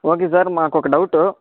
okay sir మాకొక doubt